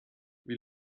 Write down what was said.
wie